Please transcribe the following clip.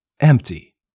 empty